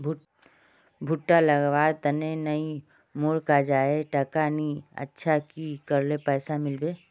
भुट्टा लगवार तने नई मोर काजाए टका नि अच्छा की करले पैसा मिलबे?